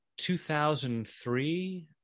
2003